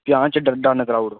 प'ञां च च डन कराई ओड़ो